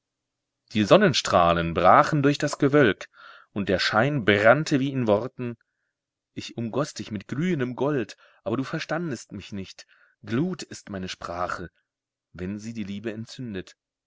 die sonnenstrahlen brachen durch das gewölk und der schein brannte wie in worten ich umgoß dich mit glühendem gold aber du verstandest mich nicht glut ist meine sprache wenn sie die liebe entzündet